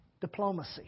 diplomacy